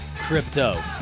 Crypto